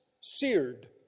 seared